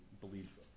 believe